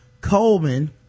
Coleman